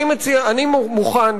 אני מוכן,